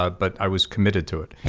but i was committed to it.